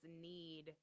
need